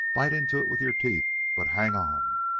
bite into it with your teeth, but hang on!